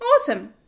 Awesome